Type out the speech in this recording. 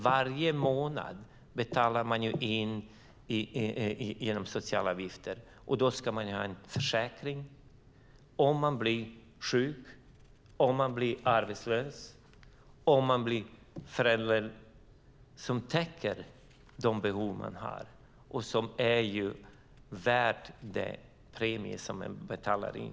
Varje månad betalar man ju in genom sociala avgifter, och då ska man ha en försäkring om man blir sjuk, arbetslös eller om man blir förälder som täcker de behov man har och som motsvarar den premie som man betalar in.